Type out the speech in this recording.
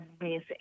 amazing